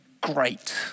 great